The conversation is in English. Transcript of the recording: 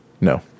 No